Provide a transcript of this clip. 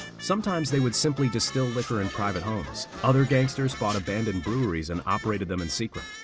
sometimes they would simply distill liquor in private homes. other gangsters bought abandoned breweries and operated them in secret.